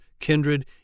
kindred